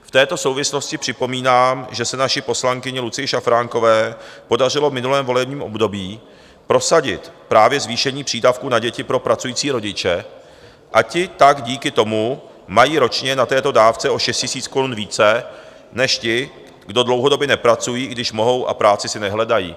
V této souvislosti připomínám, že se naší poslankyni Lucii Šafránkové podařilo v minulém volebním období prosadit právě zvýšení přídavků na děti pro pracující rodiče, a ti tak díky tomu mají ročně na této dávce o 6 000 korun více než ti, kdo dlouhodobě nepracují, i když mohou a práci si nehledají.